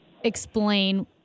explain